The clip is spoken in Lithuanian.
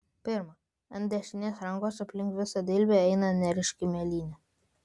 pirma ant dešinės rankos aplink visą dilbį eina neryški mėlynė